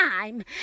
time